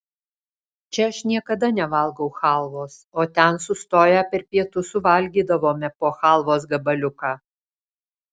čia aš niekada nevalgau chalvos o ten sustoję per pietus suvalgydavome po chalvos gabaliuką